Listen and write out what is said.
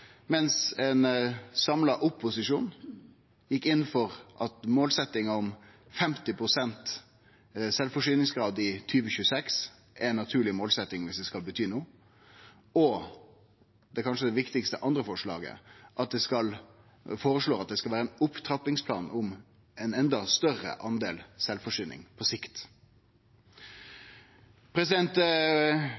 mens ein samla opposisjon gjekk inn for at målsetjinga om 50 pst. sjølvforsyningsgrad i 2026 er ei naturleg målsetjing, om ho skal bety noko. Det andre forslaget, som kanskje er det viktigaste, er forslaget om at ein skal ha ein opptrappingsplan for ein enda større grad av sjølvforsyning på sikt.